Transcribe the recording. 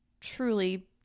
truly